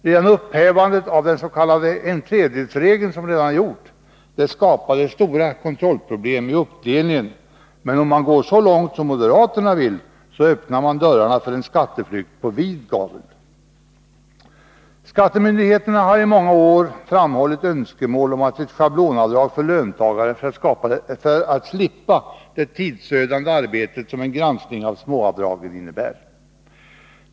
Redan upphävandet av den s.k. 1/3-regeln skapade stora kontrollproblem i fråga om uppdelningen, men att gå så långt som moderaterna vill är att öppna dörrarna för skatteflykt på vid gavel. Skattemyndigheterna har i många år framställt önskemål om ett schablonavdrag för löntagare för att slippa det tidsödande arbete som en granskning av småavdrag innebär.